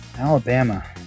alabama